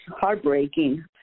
heartbreaking